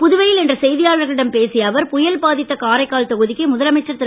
புதுவையில் இன்று செய்தியாளர்களிடம் பேசிய அவர் புயல் பாதித்த காரைக்கால் தொகுதிக்கு முதலமைச்சர் திரு